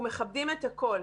אנחנו מכבדים את הכול.